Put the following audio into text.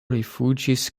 rifuĝis